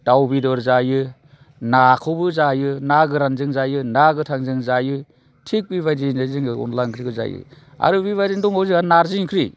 दाउ बेदर जायो नाखौबो जायो ना गोरानजों जायो ना गोथांजों जायो थिग बेबायदिनो जोङो अनद्ला ओंख्रिखौ जायो आरो बेबायदिनो दंबावो जोंहा नारजि ओंख्रि